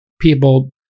people